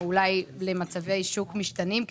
או אולי למצבי שוק משתנים,